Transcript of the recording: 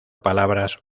palabras